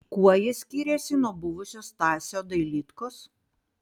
kuo jis skiriasi nuo buvusio stasio dailydkos